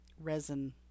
resin